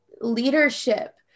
leadership